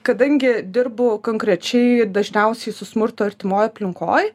kadangi dirbu konkrečiai dažniausiai su smurtu artimoj aplinkoj